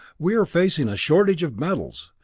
we are facing a shortage of metals.